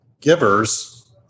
givers